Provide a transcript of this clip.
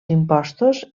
impostos